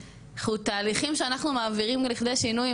תהליכים שאנחנו מעבירים לפני שינויים,